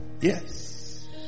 Yes